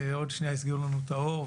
עוד שנייה יסגרו לנו את האור,